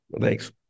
Thanks